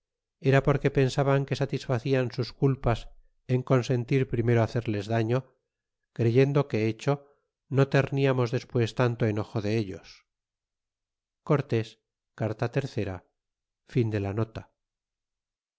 era porque pensaban que satisfacian sus cul pas en consentir primero hacerles darlo creyendo que hecho no terniamos despues tanto enojo de ellos cortés carta iii capitulo cxlv